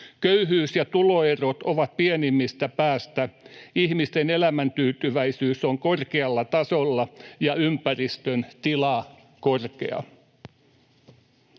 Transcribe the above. Köyhyys ja tuloerot ovat pienimmästä päästä. Ihmisten elämäntyytyväisyys on korkealla tasolla ja ympäristön tila korkea.”